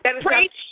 Preach